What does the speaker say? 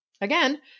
Again